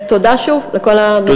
ותודה, שוב, לכל המציעים.